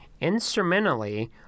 Instrumentally